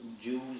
Jews